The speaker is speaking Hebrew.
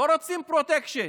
ולא רוצים פרוטקשן,